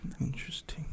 interesting